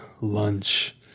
Lunch